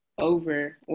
over